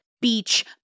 beach